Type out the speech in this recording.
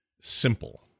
simple